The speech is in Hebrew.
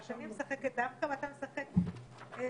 רק אני משחקת דמקה ואתה משחק שחמט,